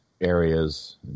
areas